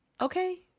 Okay